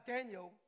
Daniel